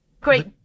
Great